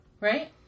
Right